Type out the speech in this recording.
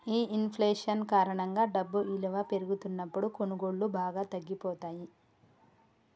ఈ ఇంఫ్లేషన్ కారణంగా డబ్బు ఇలువ పెరుగుతున్నప్పుడు కొనుగోళ్ళు బాగా తగ్గిపోతయ్యి